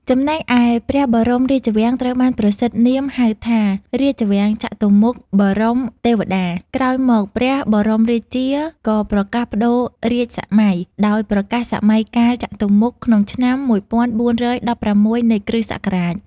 ចំណែកឯព្រះបរមរាជវាំងត្រូវបានប្រសិដ្ឋនាមហៅថា "រាជវាំងចតុមុខបរមទេវតា" ក្រោយមក ព្រះបរមរាជា ក៏ប្រកាសប្ដូររាជសម័យ ដោយប្រកាសសម័យកាលចតុមុខ ក្នុងឆ្នាំ ១៤១៦ នៃគ.សករាជ ។